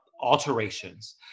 alterations